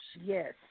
Yes